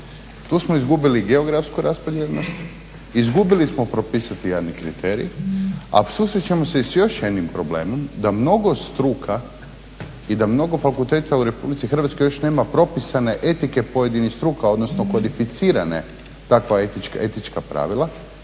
Tu smo izgubili geografsku raspravljenost, izgubili smo propisati javni kriterij a susrećemo se i s još jednim problemom da mnogostruka i mnogo fakulteta u Republici Hrvatskoj još nema propisane etike pojedinih struka, odnosno kodificirane takva etička pravila